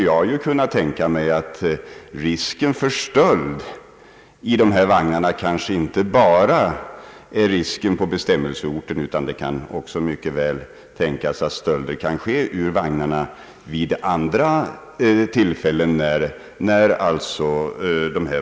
Jag kan tänka mig att risken för stöld ur dessa vagnar inte enbart föreligger på bestämmelseorten, utan stölder kan mycket väl också tänkas ske vid andra tillfällen, under transporten.